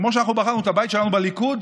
כמו שאנחנו בחרנו את הבית שלנו בליכוד,